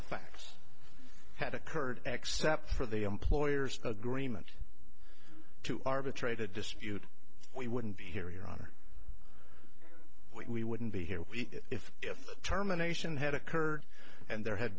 the facts had occurred except for the employers agreement to arbitrate a dispute we wouldn't be here here are we wouldn't be here if if terminations had occurred and there had